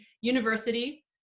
university